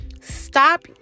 stop